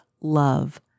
love